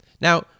Now